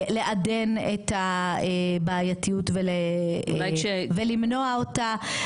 לעדן את הבעייתיות ולמנוע אותה.